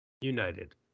United